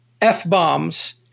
F-bombs